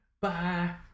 Bye